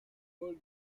paul